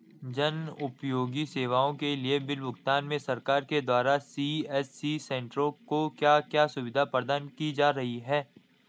जन उपयोगी सेवाओं के बिल भुगतान में सरकार के द्वारा सी.एस.सी सेंट्रो को क्या क्या सुविधाएं प्रदान की जा रही हैं?